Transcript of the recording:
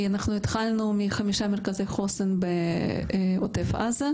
התחלנו בחמישה מרכזי חוסן בעוטף עזה.